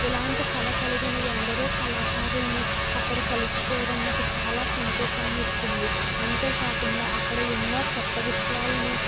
ఇలాంటి కళ కలిగిన ఎందరో కళాకారుల్ని అక్కడ కలుసుకోవడం నాకు చాలా సంతోషాన్ని ఇచ్చింది అంతే కాకుండా అక్కడ ఎన్నో కొత్త విషయాలను